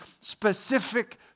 specific